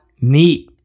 meat